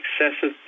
excessive